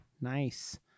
nice